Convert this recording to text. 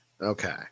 Okay